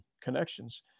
connections